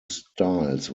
styles